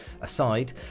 Aside